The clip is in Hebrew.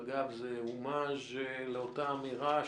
אגב, זה הומאז' לאותה אמירה